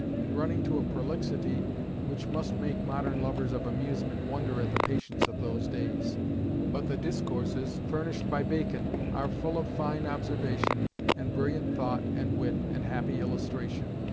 and running to a prolixity which must make modern lovers of amusement wonder at the patience of those days but the discourses furnished by bacon are full of fine observation and brilliant thought and wit and happy illustration,